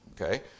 okay